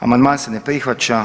Amandman se ne prihvaća.